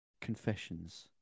confessions